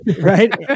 Right